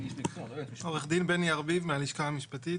עו"ד בני ארביב מהלשכה המשפטית,